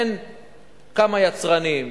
אין כמה יצרנים,